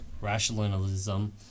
rationalism